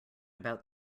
about